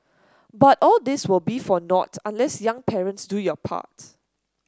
but all this will be for nought unless young parents do your part